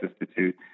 Institute